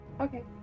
okay